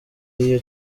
y’iyo